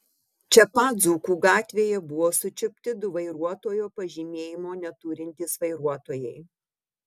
čia pat dzūkų gatvėje buvo sučiupti du vairuotojo pažymėjimo neturintys vairuotojai